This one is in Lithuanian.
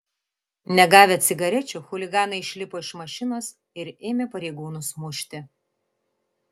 negavę cigarečių chuliganai išlipo iš mašinos ir ėmė pareigūnus mušti